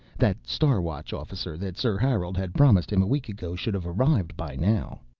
that star watch officer that sir harold had promised him a week ago should have arrived by now.